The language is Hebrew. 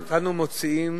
אותנו מוציאים